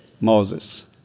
Moses